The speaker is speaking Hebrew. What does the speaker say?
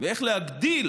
ואיך להגדיל